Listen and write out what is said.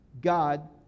God